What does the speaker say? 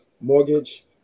Mortgage